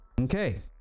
Okay